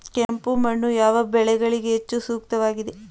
ಕೆಂಪು ಮಣ್ಣು ಯಾವ ಬೆಳೆಗಳಿಗೆ ಹೆಚ್ಚು ಸೂಕ್ತವಾಗಿದೆ?